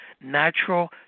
natural